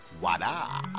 wada